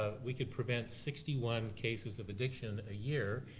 ah we could prevent sixty one cases of addiction a year,